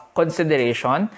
consideration